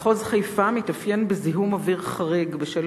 מחוז חיפה מתאפיין בזיהום אוויר חריג בשל